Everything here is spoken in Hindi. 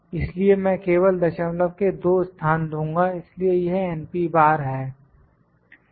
इसलिए मैं केवल दशमलव के 2 स्थान दूँगा इसलिए यह बार है